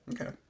okay